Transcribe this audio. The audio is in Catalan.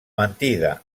mentida